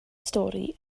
stori